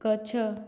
ଗଛ